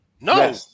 no